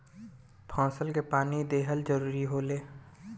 फसल के पानी दिहल जरुरी होखेला